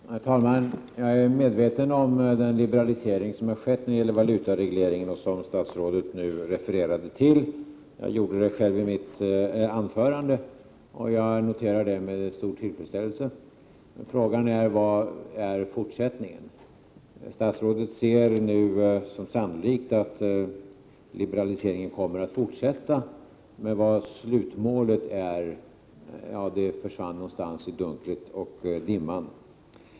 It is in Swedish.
Herr talman! Jag är medveten om den liberalisering som har skett när det gäller valutaregleringen och som statsrådet nu refererade till, vilket jag noterar med stor tillfredsställelse. Jag refererade också till detta i mitt anförande. Frågan är vad som blir fortsättningen. Statsrådet ser det nu som sannolikt att liberaliseringen kommer att fortsätta, men vad slutmålet är försvann någonstans i dunklet och i dimman.